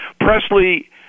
Presley